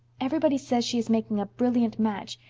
everybody says she is making a brilliant match,